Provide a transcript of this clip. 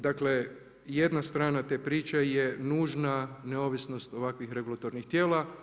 Dakle, jedna stran te priča je nužna neovisnost ovakvih regulatornih tijela.